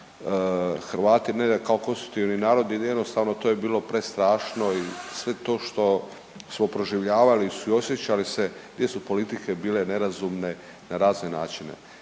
razumije./… konstitutivni narod jer jednostavno to je bilo prestrašno i sve to što smo proživljavali i suosjećali se gdje su politike bile nerazume na razne načine.